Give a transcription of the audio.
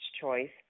choice